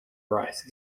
rice